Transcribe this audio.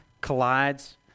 collides